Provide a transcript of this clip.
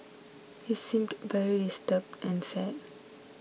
he seemed very disturbed and sad